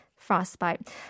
Frostbite